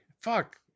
Fuck